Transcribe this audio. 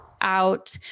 out